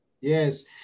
Yes